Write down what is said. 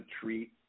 treat